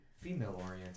female-oriented